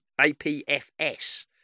APFS